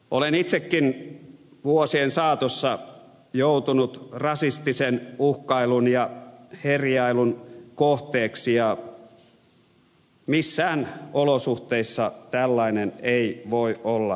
olen itsekin vuosien saatossa joutunut rasistisen uhkailun ja herjailun kohteeksi ja missään olosuhteissa tällainen ei voi olla hyväksyttävää